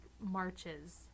marches